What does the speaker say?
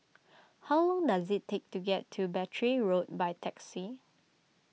how long does it take to get to Battery Road by taxi